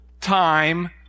time